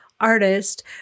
artist